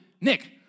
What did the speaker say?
Nick